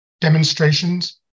demonstrations